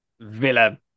villa